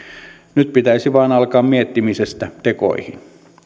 nyt pitäisi vain alkaa miettimisestä tekoihin